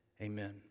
Amen